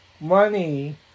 money